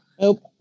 nope